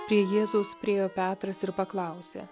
prie jėzaus priėjo petras ir paklausė